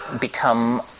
become